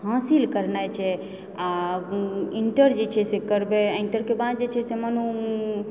हाँसिल करनाइ छै आ इण्टर जे छै से करबै इण्टरके बाद जे छै से मानु